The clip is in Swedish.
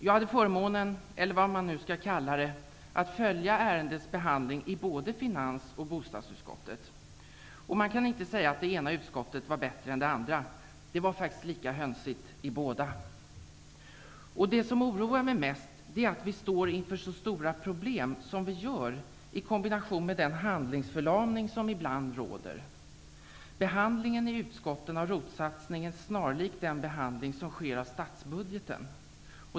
Jag hade förmånen -- eller vad man skall kalla det -- att följa ärendets behandling i både finans och bostadsutskottet. Man kan inte säga att det ena utskottet var bättre än det andra; det var lika hönsigt i båda. Det som oroar mig mest är att vi står inför så stora problem, i kombination med den handlingsförlamning som ibland råder. Behandlingen i utskotten av ROT-satsningen är snarlik den behandling som sker av statsbudgeten.